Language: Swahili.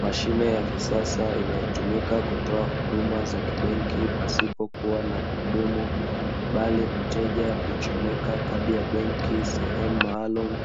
Mashine ya kisasa inayotumika kutoa huduma za kibenki pasipo kuwa na mhudumu, bali mteja huchomeka kadi ya benki sehemu maalumu,